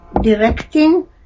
directing